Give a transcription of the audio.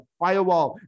firewall